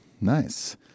Nice